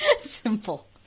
Simple